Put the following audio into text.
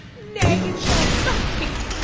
nay, it shall not be!